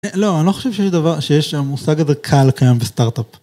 לא, אני לא חושב שיש שם מושג כזה קל קיים בסטארט-אפ.